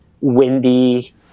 windy